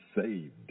saved